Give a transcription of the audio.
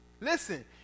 Listen